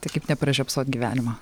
tai kaip nepražiopsot gyvenimo